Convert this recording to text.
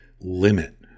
limit